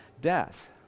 death